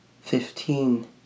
Fifteen